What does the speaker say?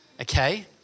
Okay